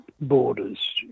borders